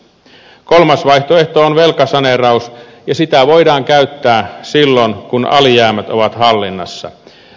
kolmas vaihtoehto on velkasaneeraus ja sitä voidaan käyttää silloin kun alijäämät ovat hallinnassa